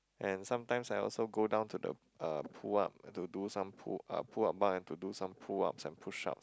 and sometimes I also go down to the uh pull up to do some pull up pull up bar and to do some pull ups and push ups